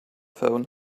phone